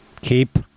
keep